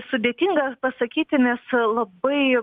sudėtinga pasakyti nes labai